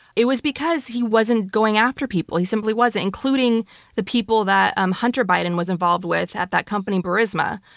it was because he wasn't going after people. he simply wasn't, including the people that um hunter biden was involved with at that company burisma.